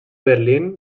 berlín